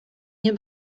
nie